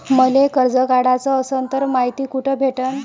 मले कर्ज काढाच असनं तर मायती कुठ भेटनं?